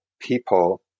people